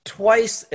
twice